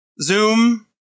zoom